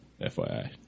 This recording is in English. FYI